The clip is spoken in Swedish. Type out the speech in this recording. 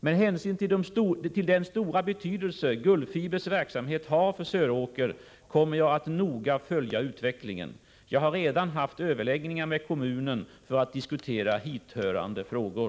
Med hänsyn till den stora betydelse Gullfibers verksamhet har för Söråker kommer jag att noga följa utvecklingen. Jag har redan haft överläggningar med kommunen för att diskutera hithörande frågor.